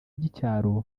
by’icyaro